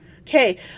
Okay